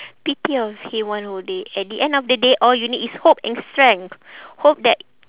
pity of him one whole day at the end of the day all you need is hope and strength hope that